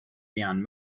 beyond